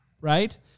Right